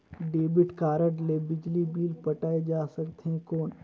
Debit card ले बिजली bill पटाय जा सकथे कौन?